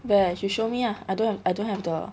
where you show me ah I don't have the